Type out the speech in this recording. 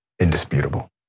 indisputable